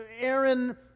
Aaron